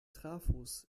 trafos